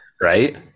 Right